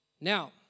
Now